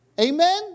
Amen